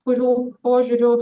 kurių požiūriu